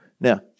Now